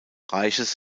reiches